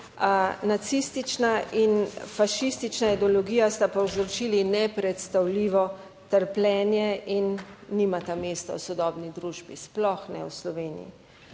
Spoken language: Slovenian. Nacistična in fašistična ideologija sta povzročili nepredstavljivo trpljenje in nimata mesta v sodobni družbi, sploh ne v Sloveniji.